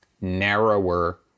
narrower